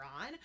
on